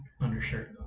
undershirt